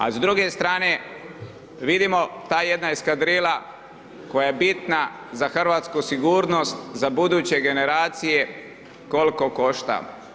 A s druge strane vidimo, ta jedna eskadrila koja je bitna za hrvatsku sigurnost, za buduće generacije koliko košta.